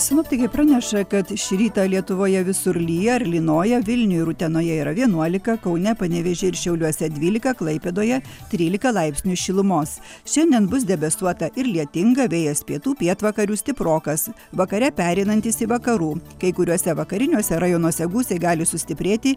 sinoptikai praneša kad šį rytą lietuvoje visur lyja ar lynoja vilniuj ir utenoje yra vienuolika kaune panevėžyje ir šiauliuose dvylika klaipėdoje trylika laipsnių šilumos šiandien bus debesuota ir lietinga vėjas pietų pietvakarių stiprokas vakare pereinantis į vakarų kai kuriuose vakariniuose rajonuose gūsiai gali sustiprėti